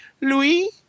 Louis